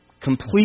Complete